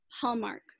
Hallmark